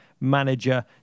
manager